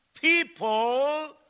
People